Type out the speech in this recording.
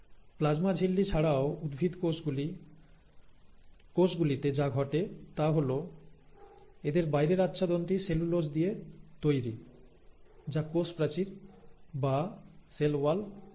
plasma ঝিল্লির ছাড়াও উদ্ভিদ কোষ গুলি তে যা ঘটে তা হল এদের বাইরের আচ্ছাদনটি সেলুলোজ দিয়ে তৈরি যা কোষ প্রাচীর বা সেল ওয়াল বলা হয়